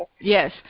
Yes